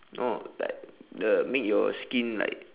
no like the make your skin like